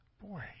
boy